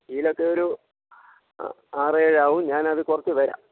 സ്റ്റീലൊക്കെ ഒരു ആറേഴാകും ഞാനത് കുറച്ചു തരാം